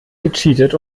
gecheatet